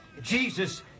Jesus